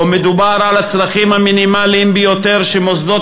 פה מדובר על הצרכים המינימליים ביותר שמוסדות